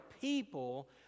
people